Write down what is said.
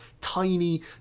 tiny